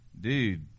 dude